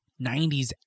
90s